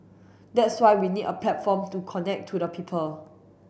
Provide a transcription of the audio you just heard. that's why we need a platform to connect to the people